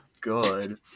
Good